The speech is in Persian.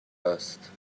است